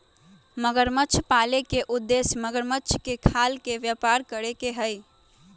मगरमच्छ पाले के उद्देश्य मगरमच्छ के खाल के व्यापार करे के हई